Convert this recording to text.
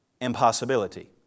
impossibility